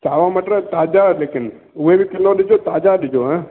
सावा मटर ताज़ा लेकिन उहे बि किलो ॾिजोसि ताज़ा ॾिजो हां